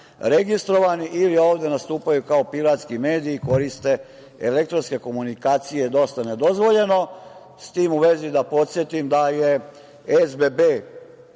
registrovani ili ovde nastupaju kao piratski mediji, koriste elektronske komunikacije dosta nedozvoljeno? S tim u vezi, da podsetim da je SBB,